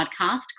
podcast